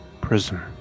prism